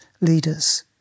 leaders